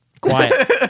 quiet